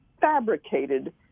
fabricated